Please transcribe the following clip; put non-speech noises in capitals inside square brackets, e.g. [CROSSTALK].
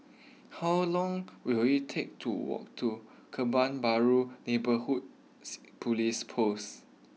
how long will it take to walk to Kebun Baru Neighbourhood [UNINTELLIGIBLE] police post